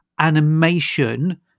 animation